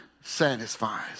satisfies